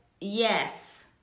Yes